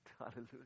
Hallelujah